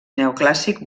neoclàssic